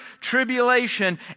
tribulation